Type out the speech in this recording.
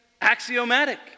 axiomatic